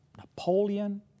Napoleon